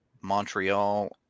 Montreal